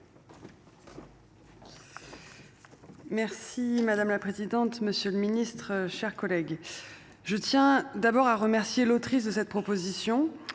Merci madame la présidente, monsieur le ministre, chers collègues. Je tiens d'abord à remercier l'autrice de cette proposition.